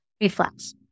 Reflex